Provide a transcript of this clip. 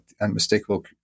unmistakable